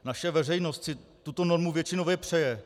Naše veřejnost si tuto normu většinově přeje.